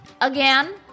Again